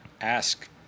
ask